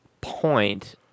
point